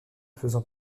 faisant